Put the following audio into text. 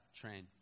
train